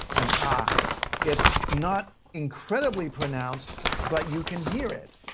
and ah it's not incredibly pronounced but you can hear it.